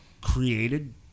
created